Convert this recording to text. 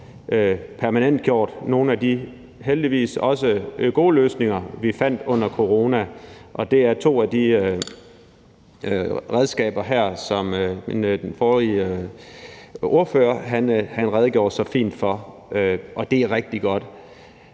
permanentgjort nogle af de heldigvis også gode løsninger, vi fandt under corona, og det er to af de redskaber her, som den forrige ordfører redegjorde så fint for. Det er rigtig godt.